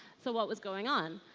so what was going on?